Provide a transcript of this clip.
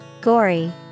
Gory